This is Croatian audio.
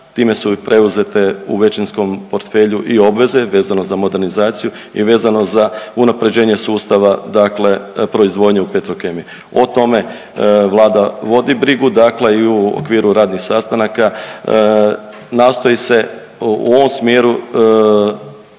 Time su i preuzete u većinskom portfelju i obveze vezano za modernizaciju i vezano za unapređenje sustava, dakle proizvodnje u Petrokemiji. O tome Vlada vodi brigu, dakle i u okviru radnih sastanaka nastoji se u ovom smjeru